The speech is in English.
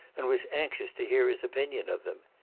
and was anxious to hear his opinion of them.